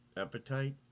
appetite